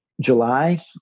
July